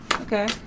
Okay